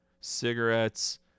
Cigarettes